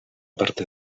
parte